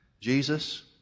Jesus